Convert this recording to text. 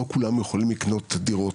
לא כולנו יכולים לקנות דירות,